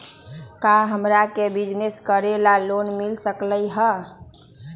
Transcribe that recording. का हमरा के बिजनेस करेला लोन मिल सकलई ह?